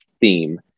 theme